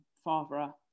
father